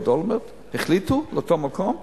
ואהוד אולמרט החליטו על אותו מקום,